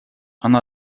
она